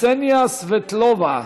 קסניה סבטלובה,